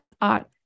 art